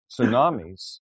tsunamis